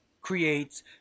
creates